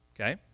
okay